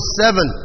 seven